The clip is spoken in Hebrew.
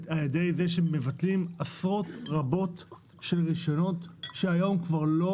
על ידי כך שמבטלים עשרות רבות של רישיונות שהיום כבר לא